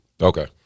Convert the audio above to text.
okay